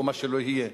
או מה שלא יהיה,